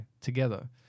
together